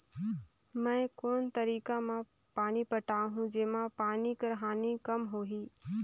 मैं कोन तरीका म पानी पटाहूं जेमा पानी कर हानि कम होही?